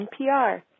NPR